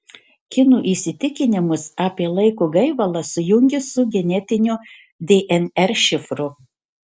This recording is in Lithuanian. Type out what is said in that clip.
kinų įsitikinimus apie laiko gaivalą sujungė su genetiniu dnr šifru